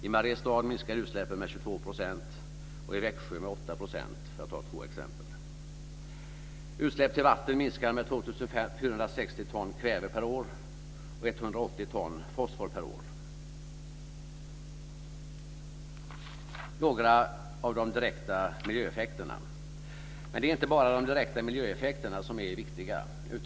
I Mariestad minskar utsläppen med 22 % och i Växjö med 8 %, för att ta två exempel. Det är några av de direkta miljöeffekterna. Men det är inte bara de direkt miljöeffekterna som är viktiga.